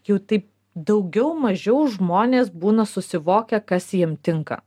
jau taip daugiau mažiau žmonės būna susivokę kas jiem tinka